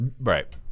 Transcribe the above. Right